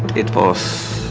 it was,